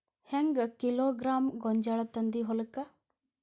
ಹೆಂಗ್ ಕಿಲೋಗ್ರಾಂ ಗೋಂಜಾಳ ತಂದಿ ಹೊಲಕ್ಕ?